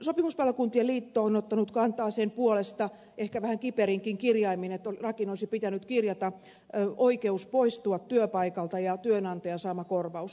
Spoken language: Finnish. sopimuspalokuntien liitto on ottanut kantaa sen puolesta ehkä vähän kiperinkin kirjaimin että lakiin olisi pitänyt kirjata oikeus poistua työpaikalta ja työnantajan saama korvaus